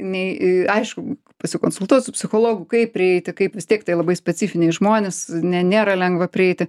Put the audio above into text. nei į aišku pasikonsultuot su psichologu kaip prieiti kaip vis tiek tai labai specifiniai žmonės ne nėra lengva prieiti